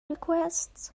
requests